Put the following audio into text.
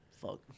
fuck